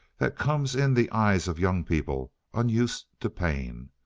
that comes in the eyes of young people unused to pain.